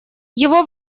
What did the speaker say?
его